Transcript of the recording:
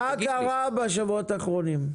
מה קרה בשבועות האחרונים?